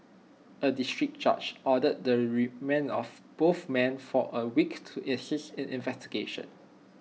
A District Judge ordered the remand of both men for A week to assist in investigations